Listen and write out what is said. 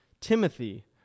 Timothy